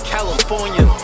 California